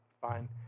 fine